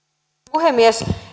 puhemies